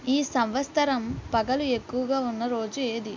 ఈ సంవత్సరం పగలు ఎక్కువు గా ఉన్న రోజు ఏది